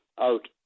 out